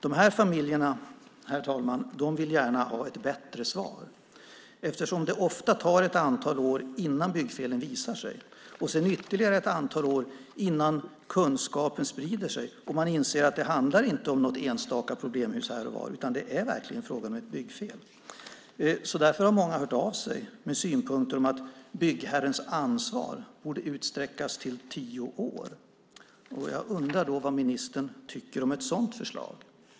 De här familjerna, herr talman, vill gärna ha ett bättre svar, eftersom det ofta tar ett antal år innan byggfelen visar sig och sedan ytterligare ett antal år innan kunskapen sprider sig och man inser att det inte handlar om något enstaka problemhus här och var, utan om byggfel. Därför har många hört av sig med synpunkter om att byggherrens ansvar borde utsträckas till tio år. Jag undrar vad ministern tycker om ett sådant förslag.